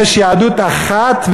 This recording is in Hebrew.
יש יהדות אחת,